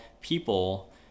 people